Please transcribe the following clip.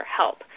help